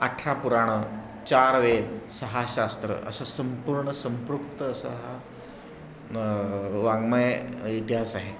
आठरा पुराणं चार वेद सहा शास्त्र असं संपूर्ण संप्रृप्त असा हा वाङ्मय इतिहास आहे